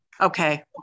Okay